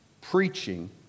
preaching